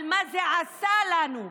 על מה זה עשה לנו.